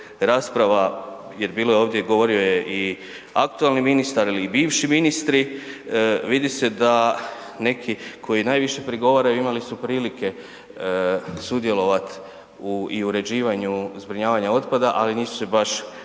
rasprava, jer bilo je ovdje, govorio je i aktualni ministar ili bivši ministri, vidi se da neki koji najviše prigovaraju, imali su prilike sudjelovati i u uređivanju zbrinjavanja otpada, ali nisu se baš